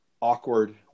awkward